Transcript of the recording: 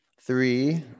Three